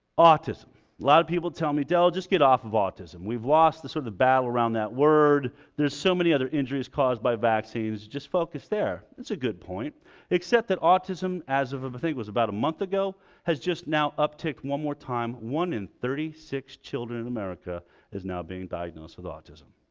like people tell me tell just get off of autism we've lost the sort of the battle around that word there's so many other injuries caused by vaccines just focus there it's a good point except that autism as of of a think was about a month ago has just now uptick one more time one in thirty six children in america is now being diagnosed with autism